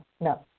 No